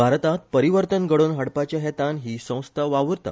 भारतांत परिवर्तन घडोवन हाडपाच्या हेतान हि संस्था वाव्रता